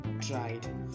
tried